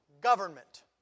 Government